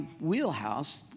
wheelhouse